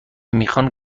میخان